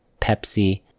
pepsi